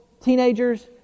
teenagers